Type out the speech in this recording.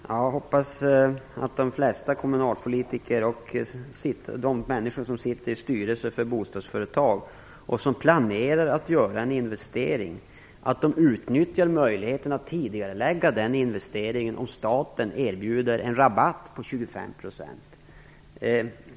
Herr talman! Jag hoppas att de flesta kommunalpolitiker och de personer som sitter med i bostadsföretagens styrelser och som planerar att göra en investering utnyttjar möjligheten att tidigarelägga sin investering om staten erbjuder en rabatt på 25 %.